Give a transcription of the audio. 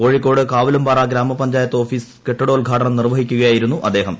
കോഴിക്കോട് കാവിലുംപാറ ഗ്രാമപഞ്ചായത്ത് ഓഫീസ് കെട്ടിടോദ്ഘാടനം നിർവഹിക്കുകയായിരുന്നു അദ്ദേഹം